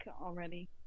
already